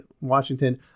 Washington